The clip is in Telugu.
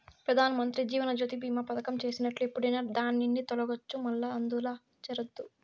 పెదానమంత్రి జీవనజ్యోతి బీమా పదకం చేసినట్లు ఎప్పుడైనా దాన్నిండి తొలగచ్చు, మల్లా అందుల చేరచ్చు